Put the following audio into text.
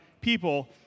people